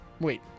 Wait